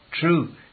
True